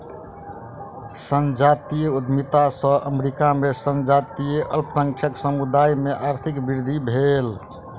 संजातीय उद्यमिता सॅ अमेरिका में संजातीय अल्पसंख्यक समुदाय में आर्थिक वृद्धि भेल